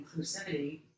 inclusivity